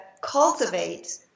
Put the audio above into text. cultivate